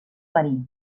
marí